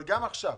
גם עכשיו,